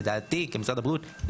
לדעתי כמשרד הבריאות,